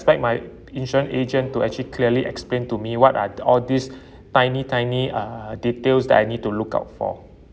expect my insurance agent to actually clearly explain to me what are all these tiny tiny uh details that I need to look out for